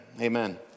Amen